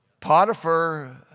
Potiphar